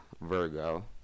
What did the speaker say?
Virgo